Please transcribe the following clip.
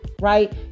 right